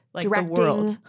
directing